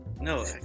no